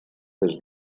des